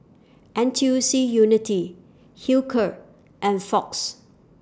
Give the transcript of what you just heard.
N T U C Unity Hilker and Fox